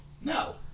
No